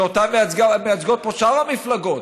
שאותם מייצגות פה שאר המפלגות.